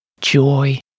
joy